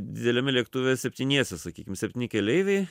dideliame lėktuve septyniese sakykim septyni keleiviai